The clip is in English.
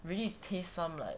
really taste some like